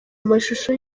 amashusho